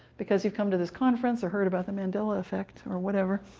because you've come to this conference, or heard about the mandela effect, or whatever.